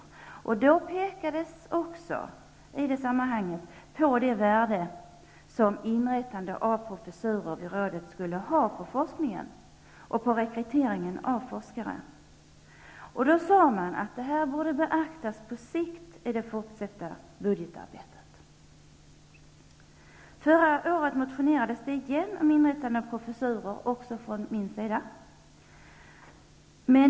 I sammanhanget pekades också på det värde som inrättande av professurer vid rådet skulle ha på forskningen och på rekryteringen av forskare. Man sade då att det här borde beaktas på sikt i det fortsatta budgetarbetet. Förra året motionerades det igen angående inrättande av professurer, också från min sida.